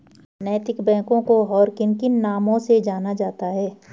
नैतिक बैंकों को और किन किन नामों से जाना जाता है?